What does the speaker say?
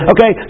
Okay